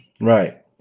Right